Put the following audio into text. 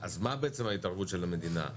אז מה בעצם ההתערבות של המדינה?